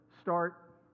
start